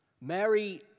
Mary